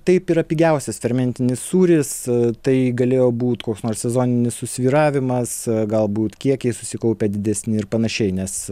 taip yra pigiausias fermentinis sūris tai galėjo būt koks nors sezoninis susvyravimas galbūt kiekiai susikaupė didesni ir panašiai nes